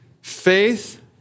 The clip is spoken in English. faith